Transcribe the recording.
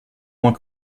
moins